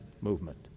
movement